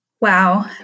Wow